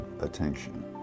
attention